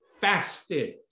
fasted